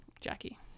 jackie